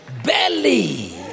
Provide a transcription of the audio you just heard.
belly